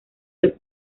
del